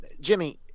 jimmy